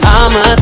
I'ma